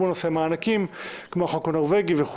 כמו מענקים והחוק הנורבגי.